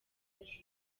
ejo